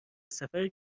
سفری